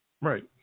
Right